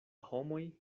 homoj